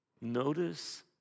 notice